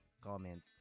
comment